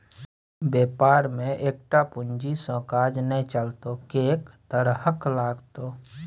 बेपार मे एकटा पूंजी सँ काज नै चलतौ कैक तरहक लागतौ